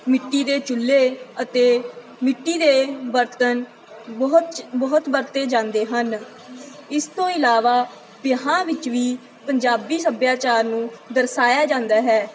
ਮਿੱਟੀ ਦੇ ਚੁੱਲ੍ਹੇ ਅਤੇ ਮਿੱਟੀ ਦੇ ਬਰਤਨ ਬਹੁਤ ਬਹੁਤ ਵਰਤੇ ਜਾਂਦੇ ਹਨ ਇਸ ਤੋਂ ਇਲਾਵਾ ਵਿਆਹਾਂ ਵਿੱਚ ਵੀ ਪੰਜਾਬੀ ਸੱਭਿਆਚਾਰ ਨੂੰ ਦਰਸਾਇਆ ਜਾਂਦਾ ਹੈ